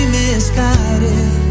misguided